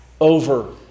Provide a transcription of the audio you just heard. over